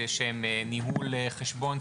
שהם ניהול חשבון,